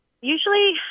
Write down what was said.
Usually